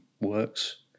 works